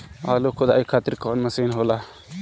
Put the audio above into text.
आलू खुदाई खातिर कवन मशीन होला?